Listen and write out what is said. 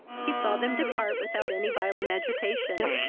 he saw them depart without any violent agitation